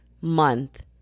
month